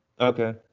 Okay